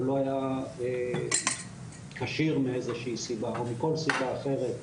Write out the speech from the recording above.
לא היה כשיר מאיזושהי סיבה או מכל סיבה אחרת,